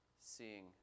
seeing